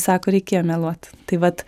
sako reikėjo meluot tai vat